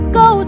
go